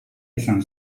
izan